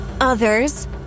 others